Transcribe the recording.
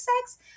sex